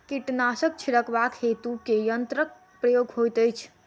कीटनासक छिड़काव हेतु केँ यंत्रक प्रयोग होइत अछि?